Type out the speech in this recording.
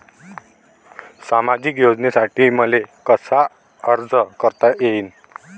सामाजिक योजनेसाठी मले कसा अर्ज करता येईन?